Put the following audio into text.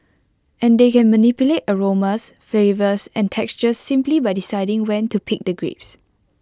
and they can manipulate aromas flavours and textures simply by deciding when to pick the grapes